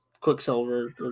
Quicksilver